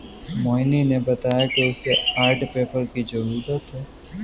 मोहिनी ने बताया कि उसे आर्ट पेपर की जरूरत है